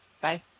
bye